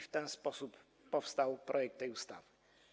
W taki sposób powstawał projekt tej ustawy.